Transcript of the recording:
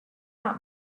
not